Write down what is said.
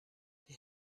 die